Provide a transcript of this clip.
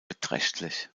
beträchtlich